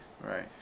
Right